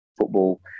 football